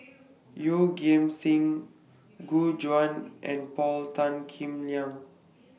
Yeoh Ghim Seng Gu Juan and Paul Tan Kim Liang